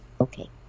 Okay